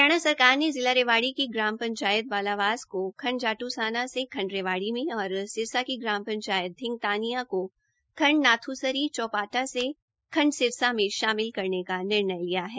हरियाणा सरकार ने जिला रेवाड़ी की ग्राम पंचायत बालावास को खण्ड जाट्साना से खण्ड रेवाड़ी में और सिरसा की ग्राम पंचायत धिंगतानिया को खण्ड नाथ्सरी चौपटा से खण्ड सिरसा में शामिल करने का निर्णय लिया है